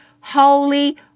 Holy